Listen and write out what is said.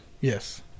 Yes